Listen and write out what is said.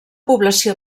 població